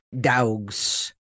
dogs